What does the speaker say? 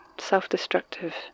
self-destructive